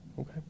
Okay